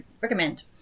recommend